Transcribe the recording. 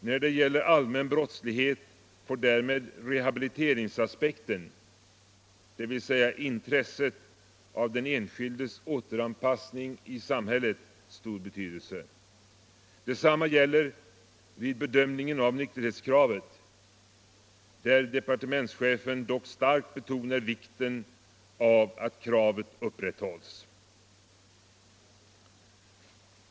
Då det gäller allmän brottslighet får därmed rehabiliteringsaspekten — dvs. intresset av den enskildes återanpassning i samhället — stor betydelse. Detsamma gäller vid bedömningen av nykterhetskravet, där departementschefen dock starkt betonar vikten av att kravet upprätthålls.